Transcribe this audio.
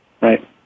Right